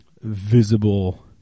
visible